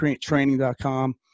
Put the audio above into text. training.com